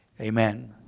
Amen